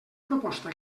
proposta